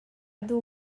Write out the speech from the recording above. duh